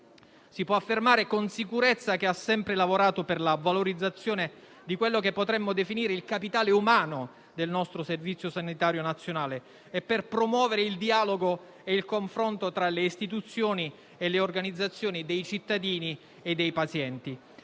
Si può affermare con sicurezza che ha sempre lavorato per la valorizzazione di quello che potremmo definire il capitale umano del nostro Servizio sanitario nazionale e per promuovere il dialogo e il confronto tra le istituzioni e le organizzazioni dei cittadini e dei pazienti.